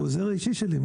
הוא העוזר האישי שלי.